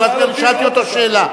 ושאלתי אותו שאלה.